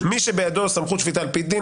"מי שבידו סמכות שפיטה על פי דין,